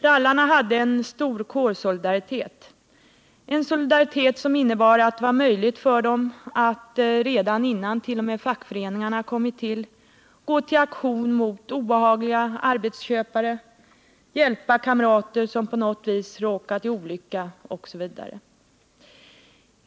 Rallarna hade en stark kårsolidaritet, en solidaritet som innebar att det var möjligt för dem att — redan innan fackföreningarna kommit till — gå till aktion mot obehagliga arbetsköpare, hjälpa kamrater som på något vis råkat i olycka osv.